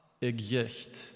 exist